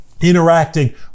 interacting